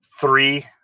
three